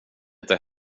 inte